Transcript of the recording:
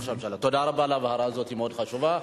תודה רבה על ההבהרה הזאת, היא מאוד חשובה.